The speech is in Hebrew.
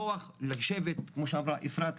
כוח לשבת כמו שאמרה אפרת,